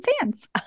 fans